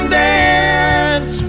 dance